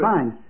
Fine